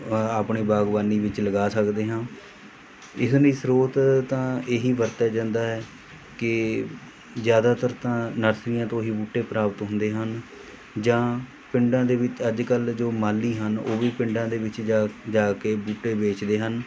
ਆਪਣੀ ਬਾਗ਼ਬਾਨੀ ਵਿੱਚ ਲਗਾ ਸਕਦੇ ਹਾਂ ਇਸ ਲਈ ਸ੍ਰੋਤ ਤਾਂ ਇਹ ਹੀ ਵਰਤਿਆ ਜਾਂਦਾ ਹੈ ਕਿ ਜ਼ਿਆਦਾਤਰ ਤਾਂ ਨਰਸਰੀਆਂ ਤੋਂ ਹੀ ਬੂਟੇ ਪ੍ਰਾਪਤ ਹੁੰਦੇ ਹਨ ਜਾਂ ਪਿੰਡਾਂ ਦੇ ਵਿੱਚ ਅੱਜ ਕੱਲ੍ਹ ਜੋ ਮਾਲੀ ਹਨ ਉਹ ਵੀ ਪਿੰਡਾਂ ਦੇ ਵਿੱਚ ਜਾ ਜਾ ਕੇ ਬੂਟੇ ਵੇਚਦੇ ਹਨ